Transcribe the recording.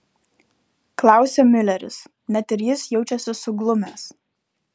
klausia miuleris net ir jis jaučiasi suglumęs